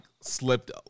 slipped